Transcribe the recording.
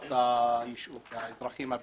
לטובת האזרחים הבדואים.